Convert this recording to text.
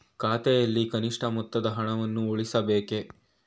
ಖಾತೆಯಲ್ಲಿ ಕನಿಷ್ಠ ಮೊತ್ತದ ಹಣವನ್ನು ಉಳಿಸಬೇಕೇ?